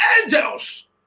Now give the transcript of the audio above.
angels